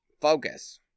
Focus